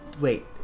Wait